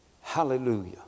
Hallelujah